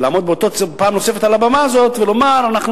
ולעמוד פעם נוספת על הבמה הזאת ולומר: אנחנו